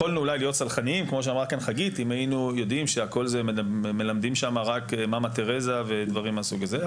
יכולנו אולי להיות סלחניים אם היינו יודעים שמלמדים שם דברים טובים,